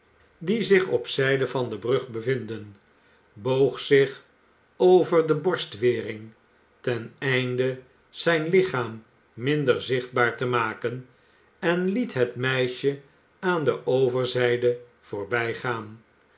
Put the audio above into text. die zich op zijde van de brug bevinden boog zich over de borstwering ten einde zijn lichaam minder zichtbaar te maken en liet het meisje aan de overzijde voorbijgaan